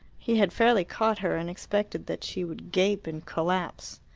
he had fairly caught her, and expected that she would gape and collapse.